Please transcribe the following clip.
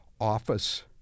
office